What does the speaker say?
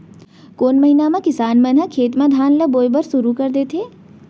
कोन महीना मा किसान मन ह खेत म धान ला बोये बर शुरू कर देथे?